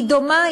היא דומה,